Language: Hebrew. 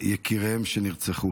יקיריהם שנרצחו.